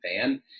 fan